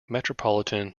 metropolitan